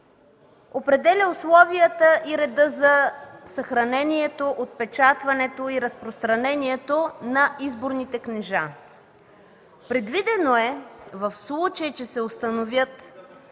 определя условията и реда за съхранението, отпечатването и разпространението на изборните книжа. Предвидено еq в случай че се установят